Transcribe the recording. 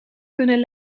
kunnen